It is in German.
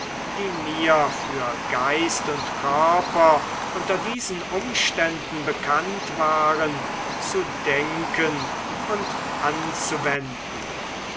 die mir für geist und körper unter diesen umständen bekannt waren zu denken und anzuwenden